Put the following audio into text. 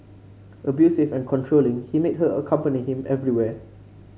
abusive and controlling he made her accompany him everywhere